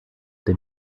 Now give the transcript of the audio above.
they